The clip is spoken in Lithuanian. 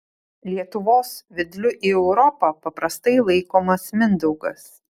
lietuvos vedliu į europą paprastai laikomas mindaugas